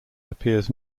appears